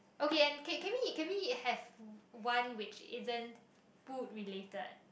okay and can we can we have one which isn't food related